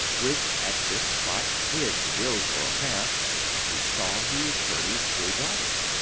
which, at this spot, hid the dillsborough path and he saw the attorney's three daughters.